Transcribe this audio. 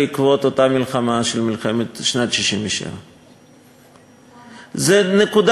בעקבות אותה מלחמה של שנת 67'. זו נקודה